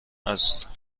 است